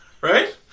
right